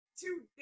two